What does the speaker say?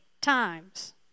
times